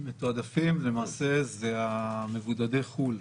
מתועדפים הם מבודדי חו"ל.